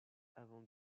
avant